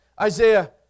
Isaiah